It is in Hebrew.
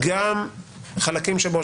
גם חלקים שבו,